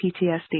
PTSD